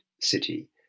city